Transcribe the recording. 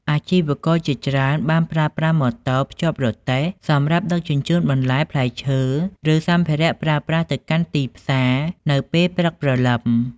អាជីវករជាច្រើនបានប្រើប្រាស់ម៉ូតូភ្ជាប់រទេះសម្រាប់ដឹកជញ្ជូនបន្លែ ផ្លែឈើ ឬសម្ភារៈប្រើប្រាស់ទៅកាន់ទីផ្សារនៅពេលព្រឹកព្រលឹម។